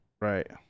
Right